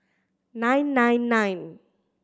nine nine nine